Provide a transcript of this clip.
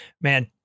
man